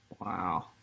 Wow